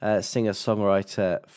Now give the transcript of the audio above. singer-songwriter